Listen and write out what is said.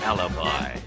Alibi